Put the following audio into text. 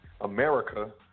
America